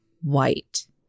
white